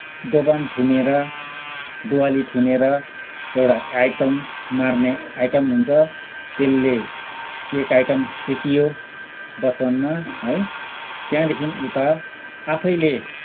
दोभान थुनेर दुवाली थुनेर एउटा आइटम मार्ने आइटम हुन्छ त्यसले एक आइटम सिकियो बचपनमा है त्यहाँदेखि उता आफैले